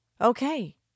Okay